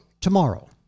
tomorrow